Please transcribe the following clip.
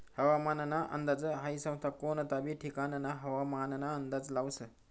हवामानना अंदाज हाई संस्था कोनता बी ठिकानना हवामानना अंदाज लावस